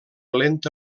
lenta